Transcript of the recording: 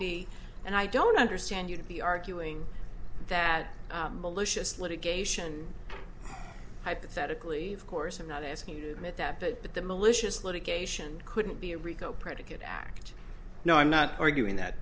be and i don't understand you to be arguing that malicious litigation hypothetically of course i'm not asking you to admit that but that the malicious litigation couldn't be reached predicate act no i'm not arguing that